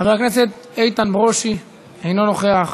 חבר הכנסת איתן ברושי, אינו נוכח.